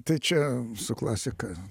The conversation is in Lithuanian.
tai čia su klasika